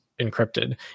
encrypted